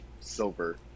silver